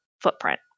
footprint